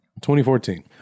2014